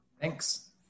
Thanks